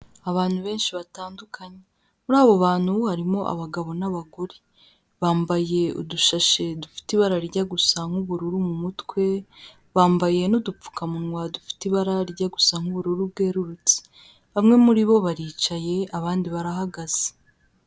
Abantu benshi batandukanye. Muri abo bantu harimo abagabo n'abagore bambaye udushashe dufite ibara rijya gusa nk'ubururu mu mutwe, bambaye n'udupfukamunwa dufite ibara rijya gusa nk'ubururu bwerurutse. Bamwe muri bo baricaye abandi barahagaze.